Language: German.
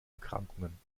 erkrankungen